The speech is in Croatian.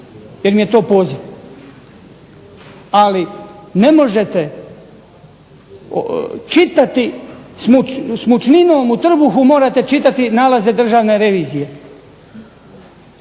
jer mi je to poziv. Ali ne možete čitati, s mučninom u trbuhu morate čitati nalaze Državne revizije,